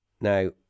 Now